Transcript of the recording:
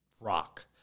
rock